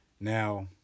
Now